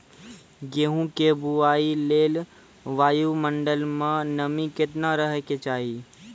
गेहूँ के बुआई लेल वायु मंडल मे नमी केतना रहे के चाहि?